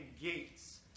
gates